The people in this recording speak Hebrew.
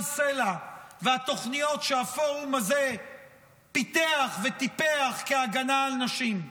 סלה והתוכניות שהפורום הזה פיתח וטיפח כהגנה על נשים.